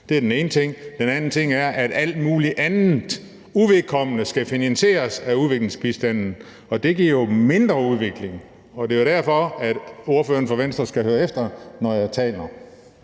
Det er den ene ting. Den anden ting er, at alt muligt andet uvedkommende skal finansieres af udviklingsbistanden. Og det giver jo mindre udvikling. Og det er derfor, ordføreren for Venstre skal høre efter, når jeg taler.